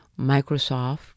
Microsoft